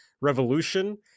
revolution